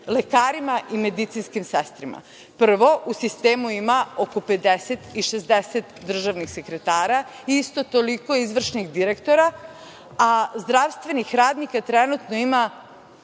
lekarima i medicinskim sestrama. Prvo, u sistemu ima oko 50 i 60 državnih sekretara. Isto toliko izvršnih direktora, a zdravstvenih radnika trenutno ima